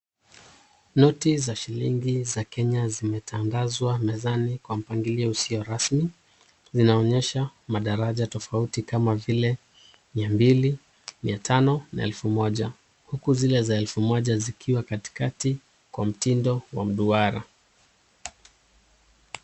Noti za shilingi za Kenya zimetandazwa mezani kwa mpangilio usio rasmi zinaonyesha madaraja tofauti kama vile mia mbili, mia tano na elfu moja. Huku zile za elfu moja zikiwa katikakati kwa mtindo wa mduara.